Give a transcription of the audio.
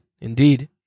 indeed